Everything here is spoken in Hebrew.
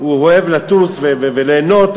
הוא אוהב לטוס וליהנות.